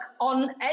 on